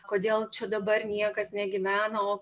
kodėl čia dabar niekas negyvena o